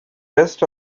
west